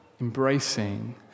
embracing